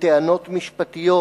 ובטענות משפטיות,